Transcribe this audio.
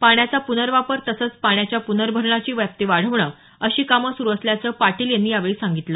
पाण्याचा प्नर्वापर तसंच पाण्याच्या पूनर्भरणाची व्याप्ती वाढवणं अशी कामं सुरु असल्याचं पाटील यांनी यावेळी सांगितलं